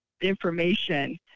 information